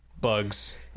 bugs